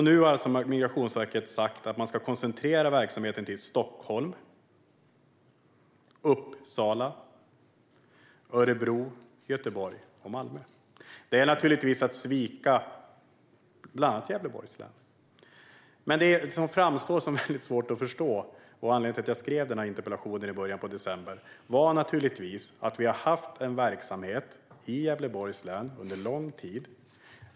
Nu har Migrationsverket alltså sagt att verksamheten ska koncentreras till Stockholm, Uppsala, Örebro, Göteborg och Malmö. Detta är naturligtvis att svika bland annat Gävleborgs län. Det som framstår som väldigt svårt att förstå, och som är anledningen till att jag skrev denna interpellation i början av december, är att vi under lång tid har haft en verksamhet i Gävleborgs län.